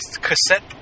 cassette